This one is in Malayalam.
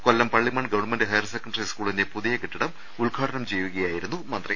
കൊല്ലം പള്ളിമൺ ഗവൺമെന്റ് ഹയർ സെക്കന്ററി സ്കൂളിന്റെ പുതിയ കെട്ടിടം ഉദ് ഘാടനം ചെയ്ത് സംസാരിക്കുകയായിരുന്നു മന്ത്രി